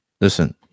listen